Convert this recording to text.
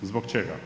Zbog čega?